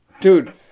Dude